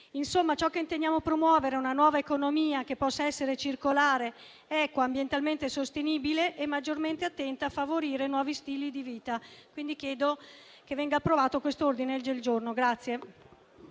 Ciò che intendiamo promuovere è una nuova economia, che possa essere circolare, equa, ambientalmente sostenibile e maggiormente attenta a favorire nuovi stili di vita. Quindi, chiedo che questo ordine del giorno